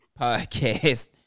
podcast